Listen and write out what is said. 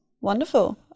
wonderful